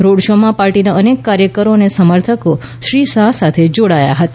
road શોમાં પાર્ટીના અનેક કાર્યકરો અને સમર્થકો શ્રી શાહ સાથે જોડાયા હતા